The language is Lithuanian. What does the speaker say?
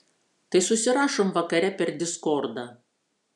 tai susirašom vakare per diskordą